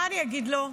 מה אגיד לו?